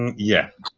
yet